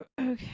Okay